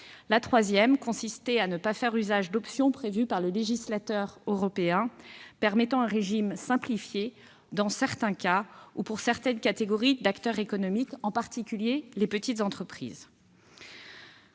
La troisième méthode consistait à ne pas faire usage d'options prévues par le législateur européen permettant un régime simplifié dans certains cas ou pour certaines catégories d'acteurs économiques, en particulier les petites entreprises.